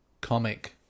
comic